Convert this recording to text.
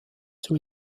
zur